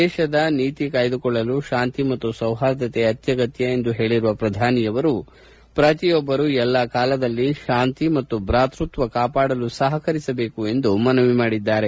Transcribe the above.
ದೇಶದ ನೀತಿ ಕಾಯ್ದುಕೊಳ್ಳಲು ಶಾಂತಿ ಮತ್ತು ಸೌಹಾರ್ದತೆ ಅತ್ಯಗತ್ಯ ಎಂದು ಹೇಳಿರುವ ಪ್ರಧಾನಿ ಪ್ರತಿಯೊಬ್ಬರು ಎಲ್ಲ ಕಾಲದಲ್ಲಿ ಶಾಂತಿ ಮತ್ತು ಭ್ರಾತೃತ್ವ ಕಾಪಾಡಲು ಸಹಕರಿಸಬೇಕು ಎಂದು ಮನವಿ ಮಾಡಿದ್ದಾರೆ